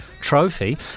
Trophy